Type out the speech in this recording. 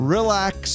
Relax